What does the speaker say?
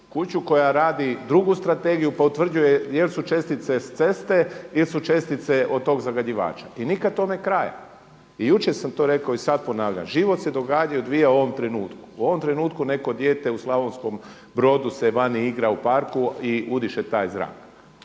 kuću koja radi drugu strategiju pa utvrđuje jel' su čestice s ceste, jesu čestice od tog zagađivača. I nikad tome kraja. I jučer sam to rekao i sada ponavljam, život se događa i odvija u ovom trenutku. U ovom trenutku neko dijete u Slavonskom Brodu se vani igra u parku i udiše taj zrak.